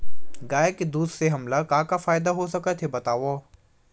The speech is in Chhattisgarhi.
गाय के दूध से हमला का का फ़ायदा हो सकत हे बतावव?